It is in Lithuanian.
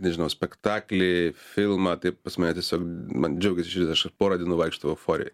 nežinau spektaklį filmą tai pas mane tiesiog man džiaugiasi širdis aš porą dienų vaikštau euforijoj